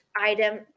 item